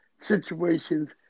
Situations